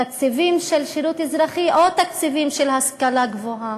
תקציבים של שירות אזרחי או תקציבים של השכלה גבוהה?